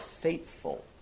faithful